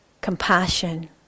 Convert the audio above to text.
compassion